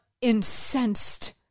incensed